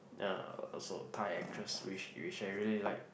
uh also Thai actress which which I really like